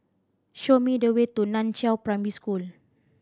show me the way to Nan Chiau Primary School